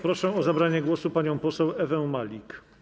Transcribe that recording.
Proszę o zabranie głosu panią poseł Ewę Malik.